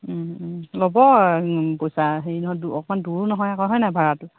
ল'ব পইচা হেৰি নহয় অকণমান দূৰো নহয় আকৌ হয় নাই ভাড়াটো